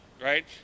right